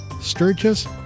Sturgis